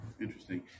Interesting